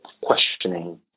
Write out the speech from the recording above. questioning